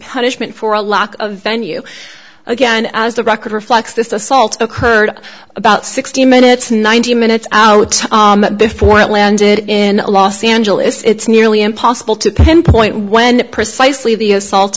punishment for a lock a venue again as the record reflects this assault occurred about sixty minutes ninety minutes before it landed in los angeles it's nearly impossible to pinpoint when precisely the assault